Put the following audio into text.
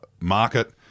market